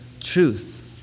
truth